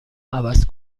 عوض